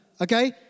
okay